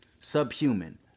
subhuman